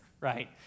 right